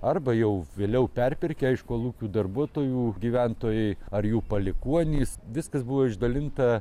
arba jau vėliau perpirkę iš kolūkių darbuotojų gyventojai ar jų palikuonys viskas buvo išdalinta